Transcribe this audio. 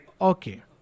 Okay